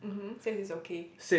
mmhmm says is okay